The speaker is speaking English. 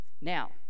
now